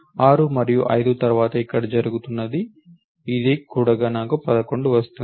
6 మరియు 5 తర్వాత ఇక్కడ జరుగుతున్నది ఇదే నాకు 11 వస్తుంది